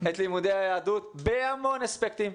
את לימודי היהדות בהמון אספקטים,